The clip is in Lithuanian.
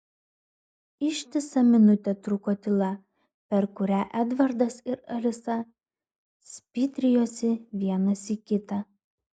ištisą minutę truko tyla per kurią edvardas ir alisa spitrijosi vienas į kitą